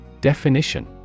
Definition